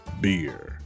Beer